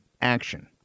action